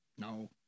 No